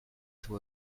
toi